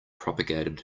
propagated